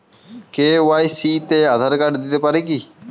KYC তে Aadhaar card দিতে পারি কি?